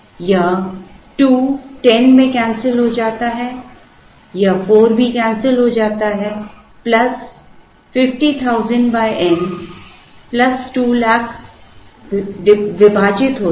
यह 2 10 में कैंसिल हो जाता है यह 4 भी कैंसिल हो जाता है प्लस 50000 n प्लस 200000 विभाजित होता है